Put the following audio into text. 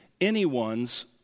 anyone's